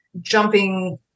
jumping